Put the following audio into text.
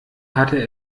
hatte